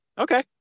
okay